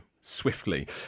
swiftly